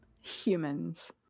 humans